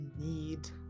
need